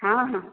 ହଁ ହଁ